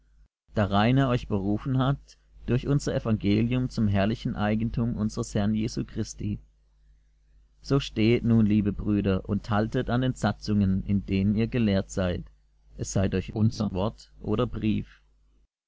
der wahrheit darein er euch berufen hat durch unser evangelium zum herrlichen eigentum unsers herrn jesu christi so stehet nun liebe brüder und haltet an den satzungen in denen ihr gelehrt seid es sei durch unser wort oder brief